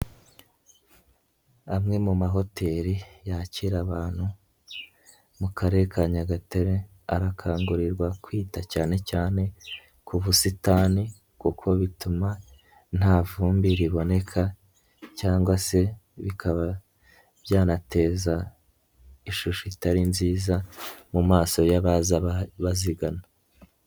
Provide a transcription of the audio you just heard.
Amwe mu mahoteli yakira abantu mu Karere ka Nyagatare, arakangurirwa kwita cyane cyane ku busitani kuko bituma nta vumbi riboneka cyangwa se bikaba byanateza ishusho itari nziza mu maso y'abaza bazigana.